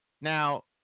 Now